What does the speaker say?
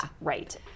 right